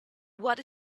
what